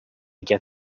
get